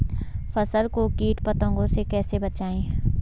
फसल को कीट पतंगों से कैसे बचाएं?